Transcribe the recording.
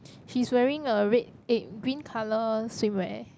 she's wearing a red eh green colour swimwear